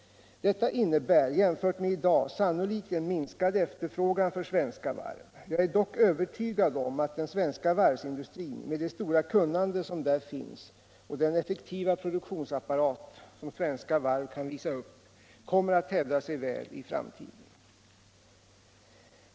Detta innebär, jämfört med i dag, sannolikt en minskad efterfrågan för svenska varv. Jag är dock övertygad om att den svenska varvsindustrin med det stora kunnande som där finns och den effektiva produktionsapparat som svenska varv kan visa upp kommer att hävda sig väl i framtiden.